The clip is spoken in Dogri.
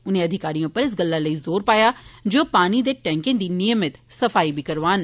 उनें अधिकारिए उप्पर इस गल्ला लेई बी जोर पाया जे ओह् पानी दे टैंकें दी नियमित सफाई करौआन